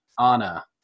Anna